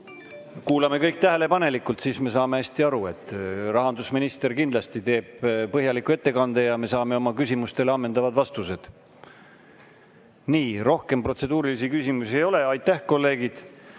Kuulame kõik tähelepanelikult, siis me saame hästi aru. Rahandusminister teeb kindlasti põhjaliku ettekande ja me saame oma küsimustele ammendavad vastused. Nii, rohkem protseduurilisi küsimusi ei ole. Aitäh, kolleegid!